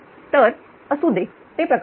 तर असू दे ते प्रकरण नाही